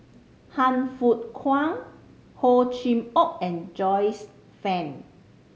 Han Fook Kwang Hor Chim Or and Joyce Fan